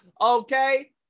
okay